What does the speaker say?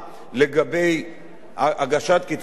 הגשת כתבי האישום בכל תיק ותיק,